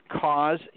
cause